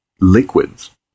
liquids